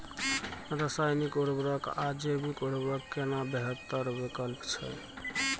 रसायनिक उर्वरक आ जैविक उर्वरक केना बेहतर विकल्प छै?